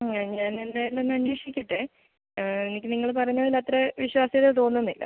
ഞാൻ ഞാനെന്തായാലും ഒന്ന് അന്വേഷിക്കട്ടെ എനിക്ക് നിങ്ങൾ പറഞ്ഞതിൽ അത്ര വിശ്വാസ്യത തോന്നുന്നില്ല